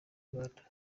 rwanda